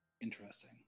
interesting